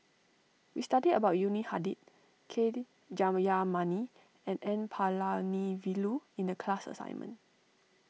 we studied about Yuni Hadi K D Jayamani and N Palanivelu in the class assignment